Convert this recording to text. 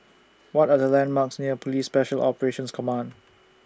What Are The landmarks near Police Special Operations Command